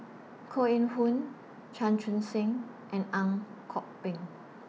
Koh Eng Hoon Chan Chun Sing and Ang Kok Peng